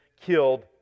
killed